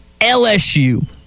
LSU